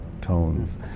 tones